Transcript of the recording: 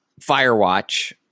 firewatch